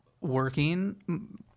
working